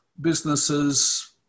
businesses